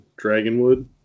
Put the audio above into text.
dragonwood